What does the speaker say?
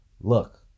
Look